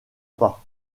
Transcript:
pas